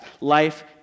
Life